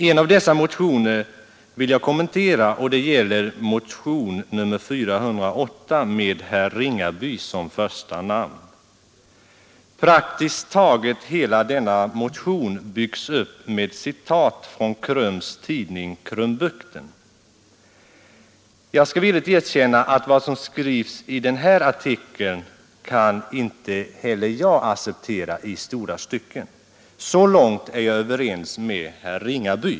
Jag vill kommentera en av dessa motioner, och det är motion nr 408 av herr Ringaby m.fl. Praktiskt taget hela denna motion byggs upp med citat från KRUM:s tidning Krumbukten. Vad som sägs i denna artikel — det skall jag villigt erkänna — kan inte heller jag acceptera i långa stycken. Så långt är jag ense med herr Ringaby.